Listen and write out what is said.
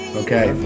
okay